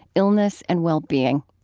illness, and well-being.